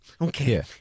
Okay